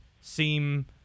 seem